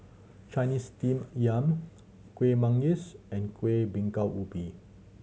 Chinese Steamed Yam Kuih Manggis and Kueh Bingka Ubi